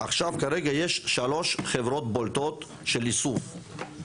עכשיו כרגע יש שלוש חברות בולטות של איסוף.